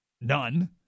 none